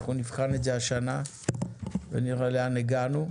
אנחנו נבחן את זה השנה ונראה לאן הגענו.